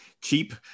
cheap